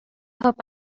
hope